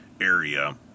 area